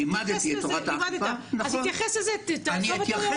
נכון, לימדתי את תורת האכיפה.